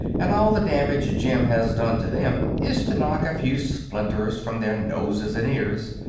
and all the damage jim has done to them is to knock a few splinters from their noses and ears.